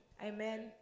Amen